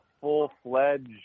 full-fledged